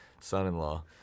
son-in-law